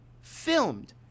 filmed